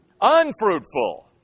Unfruitful